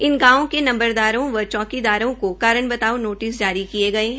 इन गांवों के नंबरदारों व चौकीदारों को कारण बताओं नोटिस जारी किये गये है